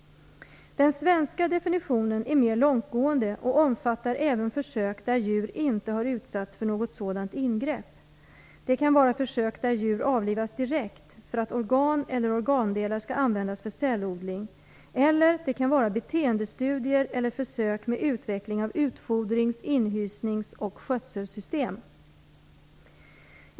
Den svenska definitionen är mer långtgående och omfattar även försök där djur inte utsatts för något sådant ingrepp. Det kan vara försök där djur avlivas direkt för att organ eller organdelar skall användas för cellodling, eller det kan vara beteendestudier eller försök med utveckling av utfodrings inhysnings och skötselsystem.